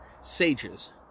sages